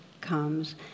comes